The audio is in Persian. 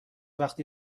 وقتی